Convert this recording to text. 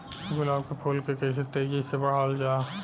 गुलाब क फूल के कइसे तेजी से बढ़ावल जा?